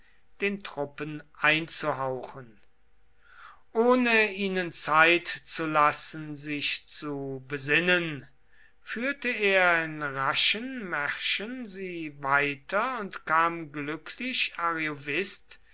den truppen einzuhauchen ohne ihnen zeit zu lassen sich zu besinnen führte er in raschen märschen sie weiter und kam glücklich ariovist